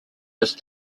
his